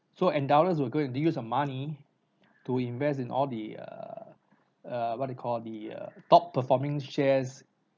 so Endowus will go and use your money to invest in all the err err what you call the err top performing shares